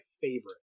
favorite